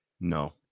no